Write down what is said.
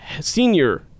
senior